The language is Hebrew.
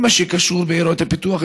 כל מה שקשור בעיירות הפיתוח,